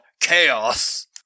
Chaos